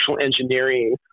engineering